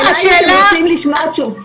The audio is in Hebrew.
אתם רוצים לשמוע תשובה?